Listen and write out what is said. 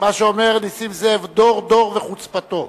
זו חוצפה.